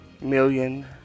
million